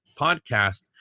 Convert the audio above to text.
podcast